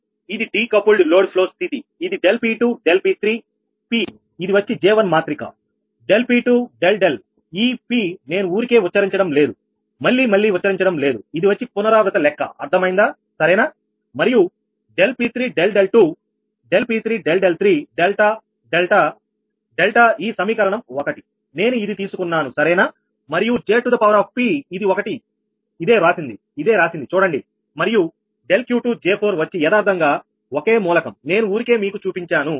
ఇది decoupled load flow స్థితి ఇది ∆𝑃2 ∆𝑃3 P ఇది వచ్చిJ1 మాత్రిక ∆𝑃2 ∆𝛿 ఈ pనేను ఊరికే ఉచ్చరించడం లేదు మళ్లీ మళ్లీ ఉచ్చరించడం లేదు ఇది వచ్చి పునరావృత లెక్క అర్థమైందా సరేనా మరియు ∆𝑃3∆𝛿2 ∆𝑃3∆𝛿3 డెల్టా డెల్టా డెల్టా ఈ సమీకరణం 1 నేను ఇది తీసుకున్నాను సరేనా మరియు 𝐽𝑝 ఇది ఒకటి ఇదే వ్రాసింది ఇదే రాసింది చూడండి మరియు ∆𝑄2J4 వచ్చి యదార్ధంగా ఒకే మూలకం నేను ఊరికే మీకు చూపించాను